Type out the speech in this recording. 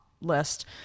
list